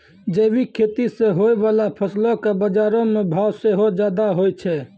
जैविक खेती से होय बाला फसलो के बजारो मे भाव सेहो ज्यादा होय छै